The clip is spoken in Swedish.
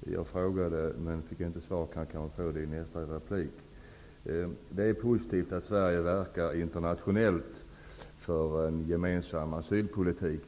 Jag frågade om detta men fick inget svar. Jag kanske kan få svar på detta i statsrådets nästa inlägg. Det är positivt att Sverige verkar internationellt för en gemensam asylpolitik.